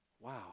Wow